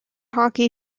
hockey